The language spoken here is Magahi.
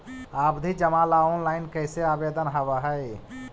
आवधि जमा ला ऑनलाइन कैसे आवेदन हावअ हई